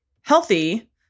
healthy